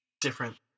different